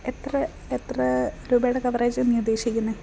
എത്ര എത്ര രൂപയുടെ കവറേജ് ആ നീ ഉദ്ദേശിക്കുന്നത്